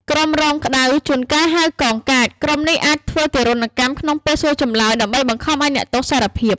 ក្រុមរងក្តៅ (ជួនកាលហៅ កងកាច) ក្រុមនេះ អាចធ្វើទារុណកម្ម ក្នុងពេលសួរចម្លើយដើម្បីបង្ខំឱ្យអ្នកទោសសារភាព។